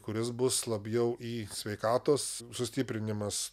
kuris bus labiau į sveikatos sustiprinimas